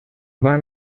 van